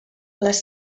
les